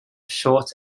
short